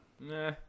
Nah